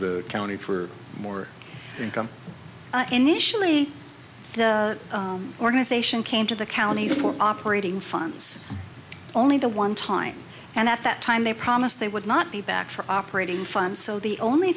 the county for more income initially the organization came to the county for operating funds only the one time and at that time they promised they would not be back for operating funds so the only